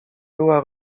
była